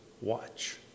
watch